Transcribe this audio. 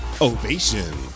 ovation